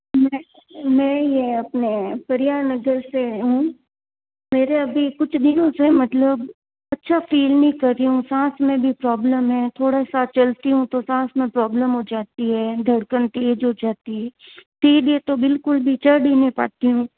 मैं मैं यह अपने परिहार नगर से हूँ मेरे अभी कुछ दिनों से मतलब अच्छा फील नहीं कर रही हूँ सांस में भी प्रॉब्लम है थोड़ा सा चलती हूँ तो सांस में प्रॉब्लम हो जाती है धड़कन तेज हो जाती सीढ़ियाँ तो बिल्कुल भी चढ़ ही नहीं पाती हूँ